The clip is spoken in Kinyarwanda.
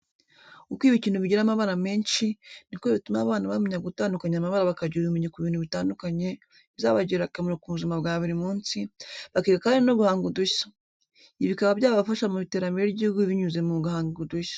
Uko ibikinisho bigira amabara menshi, niko bituma abana bamenya gutandukanya amabara bakagira ubumenyi ku bintu bitandukanye bizabagirira akamaro mu buzima bwa buri munsi, bakiga kandi no guhanga udushya. Ibi bikaba byafasha mu iterambere ry'igihugu binyuze mu guhanga udushya.